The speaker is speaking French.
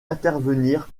intervenir